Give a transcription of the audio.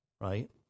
right